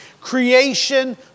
Creation